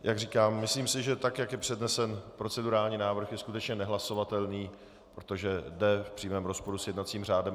Jak říkám, myslím si, že tak jak je přednesen procedurální návrh, je skutečně nehlasovatelný, protože jde v přímém rozporu s jednacím řádem.